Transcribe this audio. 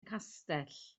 castell